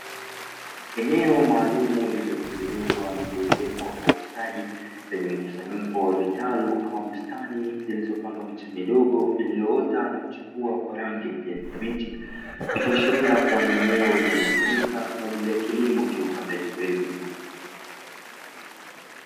Eneo maalumu lililotengenezwa na kuezekwa kwa ustadi lenye mkusanyiko wa vitalu au bustani zilizopandwa miche midogo iliyoota na kuchipua kwa rangi ya kijani kibichi ikiashiria kuwa ni eneo linalotumika kwa ajili ya kilimo cha upandaji mbegu.